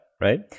right